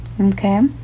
Okay